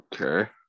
Okay